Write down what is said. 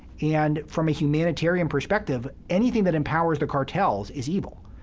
and from a humanitarian perspective, anything that empowers the cartels is evil.